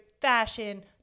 fashion